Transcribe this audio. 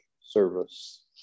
service